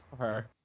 okay